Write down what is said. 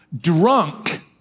drunk